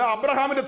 Abraham